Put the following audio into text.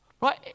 right